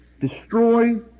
destroy